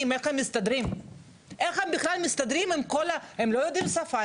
ושואלת איך הם מסתדרים כשהם לא יודעים שפה,